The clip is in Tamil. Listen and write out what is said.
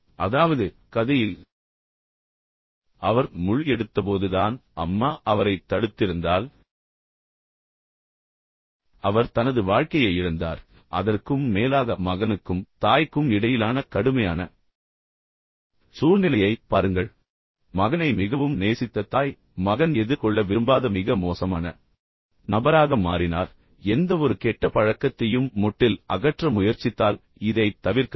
அதாவது கதையில் அவர் முள் எடுத்தபோதுதான் அம்மா அவரைத் தடுத்திருந்தால் யாரையாவது சுட்டுக் கொன்று அதன் காரணமாகத் தூக்கிலிடப்பட்ட குற்றவாளியாக அவர் மாறியிருக்க மாட்டார் அவர் தனது வாழ்க்கையை இழந்தார் அதற்கும் மேலாக மகனுக்கும் தாய்க்கும் இடையிலான கடுமையான சூழ்நிலையைப் பாருங்கள் மகனை மிகவும் நேசித்த தாய் மகன் எதிர்கொள்ள விரும்பாத மிக மோசமான நபராக மாறினார் எனவே எந்தவொரு கெட்ட பழக்கத்தையும் மொட்டில் அகற்ற முயற்சித்தால் இதைத் தவிர்க்கலாம்